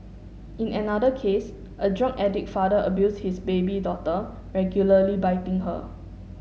in another case a drug addict father abused his baby daughter regularly biting her